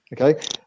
Okay